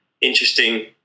interesting